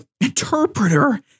interpreter